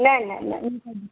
न न न न